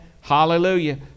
Hallelujah